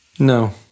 No